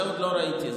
את זה לא ראיתי.